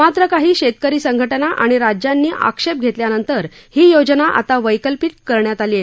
मात्र काही शेतकरी संघटना व राज्यांनी आक्षेप घेतल्यानंतर ही योजना आता वैकल्पिक करण्यात आली आहे